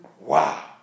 Wow